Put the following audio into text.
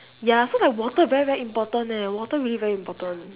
ya so like water very very important eh water really very important